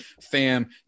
Fam